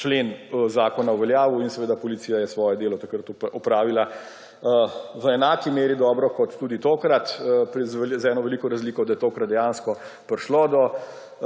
člen zakona uveljavil in policija je svoje delo takrat opravila v enaki meri dobro kot tudi tokrat, z eno veliko razliko, da je tokrat dejansko prišlo do